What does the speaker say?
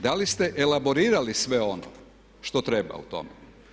Da li ste elaborirali sve ono što treba u tome?